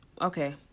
Okay